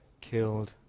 killed